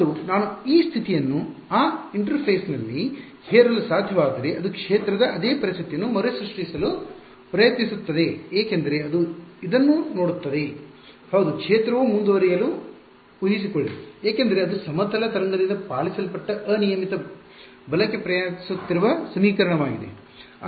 ಮತ್ತು ನಾನು ಈ ಸ್ಥಿತಿಯನ್ನು ಆ ಇಂಟರ್ಫೇಸ್ನಲ್ಲಿ ಹೇರಲು ಸಾಧ್ಯವಾದರೆ ಅದು ಕ್ಷೇತ್ರದ ಅದೇ ಪರಿಸ್ಥಿತಿಯನ್ನು ಮರುಸೃಷ್ಟಿಸಲು ಪ್ರಯತ್ನಿಸುತ್ತದೆ ಏಕೆಂದರೆ ಇದು ಇದನ್ನು ನೋಡುತ್ತದೆ ಹೌದು ಕ್ಷೇತ್ರವು ಮುಂದುವರಿಯಲು ಉಹಿಸಿಕೊಳ್ಳಿ ಏಕೆಂದರೆ ಅದು ಸಮತಲ ತರಂಗದಿಂದ ಪಾಲಿಸಲ್ಪಟ್ಟ ಅನಿಯಮಿತ ಬಲಕ್ಕೆ ಪ್ರಯಾಣಿಸುತ್ತಿರುವ ಸಮೀಕರಣವಾಗಿದೆ